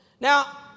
Now